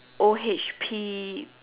O_H_P